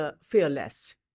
fearless